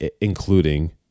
including